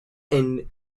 and